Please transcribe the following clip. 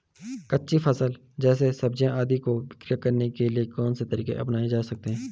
कच्ची फसल जैसे सब्जियाँ आदि को विक्रय करने के लिये कौन से तरीके अपनायें जा सकते हैं?